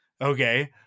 Okay